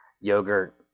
yogurt